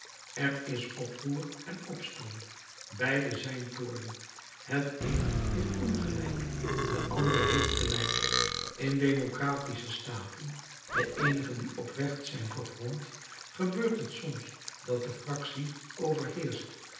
er is oproer en opstand beide zijn toorn het een heeft ongelijk de andere heeft gelijk in democratische staten de eenige die op recht zijn gegrond gebeurt het soms dat de fractie overheerscht